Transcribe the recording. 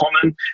common